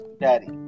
Daddy